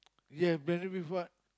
ya married with what